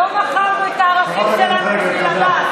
לא מכרנו את הערכים שלנו בשביל עבאס,